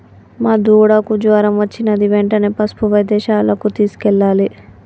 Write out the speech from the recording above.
మా దూడకు జ్వరం వచ్చినది వెంటనే పసుపు వైద్యశాలకు తీసుకెళ్లాలి